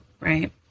right